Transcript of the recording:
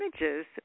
images